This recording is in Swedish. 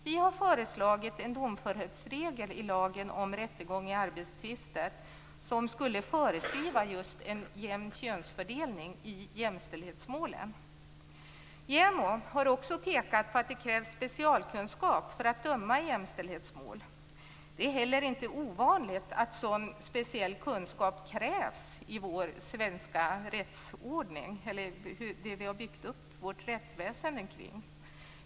Vi har föreslagit en domföringsregel i lagen om rättegång i arbetstvister som skulle föreskriva just en jämn könsfördelning i jämställdhetsmålen. JämO har också pekat på att det krävs specialkunskap för att döma i jämställdhetsmål. Det är heller inte ovanligt att sådan speciell kunskap krävs i den ordning som vi har byggt upp vårt rättsväsende kring.